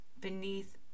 beneath